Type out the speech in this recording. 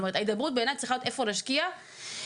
ההידברות בעיני צריכה להיות איפה להשקיע מיטבי